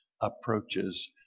approaches